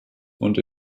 und